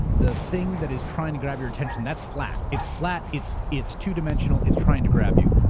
the thing that is trying to grab your attention, that's flat. it's flat, it's it's two dimensional. it's trying to grab you.